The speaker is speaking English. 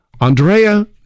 Andrea